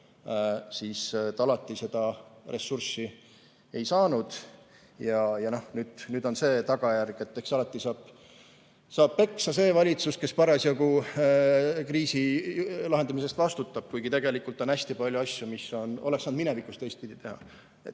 ta alati seda ressurssi ei saanud. Nüüd on see tagajärg, et eks alati saab peksa see valitsus, kes parasjagu kriisi lahendamise eest vastutab, kuigi tegelikult on hästi palju asju, mida oleks saanud minevikus teistpidi teha.